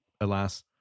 Alas